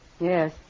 Yes